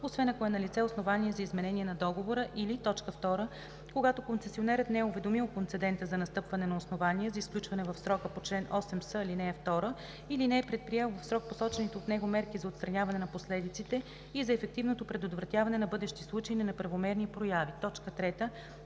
освен ако е налице основание за изменение на договора, или 2. когато концесионерът не е уведомил концедента за настъпване на основание за изключване в срока по чл. 8с, ал. 2 или не е предприел в срок посочените от него мерки за отстраняване на последиците и за ефективното предотвратяване на бъдещи случаи на неправомерни прояви; 3. когато